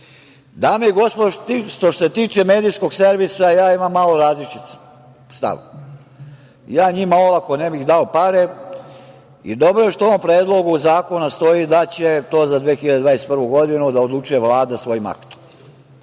viš. Dame i gospodo, što se tiče Medijskog servisa ja imam malo različit stav. Ja njima olako ne bih dao pare. Dobro je što u ovom Predlogu zakona stoji da će to za 2021. godinu da odlučuje Vlada svojim aktom.